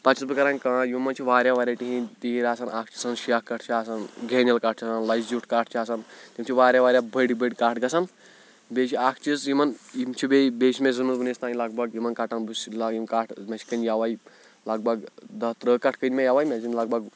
پَتہٕ چھُس بہٕ کران کٲم یِمن منٛز چھِ واریاہ واریاہ تِیٖر آسان اکھ چھ آسان شاہ کِٹھ بیٛاکھ چھ آسان گینِل کَٹھ چُھ آسن لزِ زِیُٹھ کَٹھ چھُ آسان تِم چھِ واریاہ واریاہ بٔڑۍ بٔڑۍ کَٹھ گژھان بیٚیہِ چھُ اکھ چیٖز یِمن یِم چھِ بیٚیہِ بیٚیہِ چھ مےٚ زیوٗنمُت ؤنیُک تانۍ لگ بگ یِمن کَٹن بہٕ چھُس کٕنان یِم کَٹھ اسہِ کٕنۍ یَوٕے لگ بگ دہ ترٕٛہ کٹھ کٕنۍ مےٚ یِوٕے مےٚ زیوٗن لگ بگ